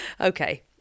Okay